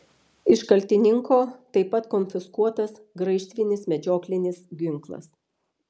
iš kaltininko taip pat konfiskuotas graižtvinis medžioklinis ginklas